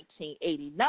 1989